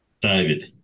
David